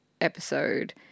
episode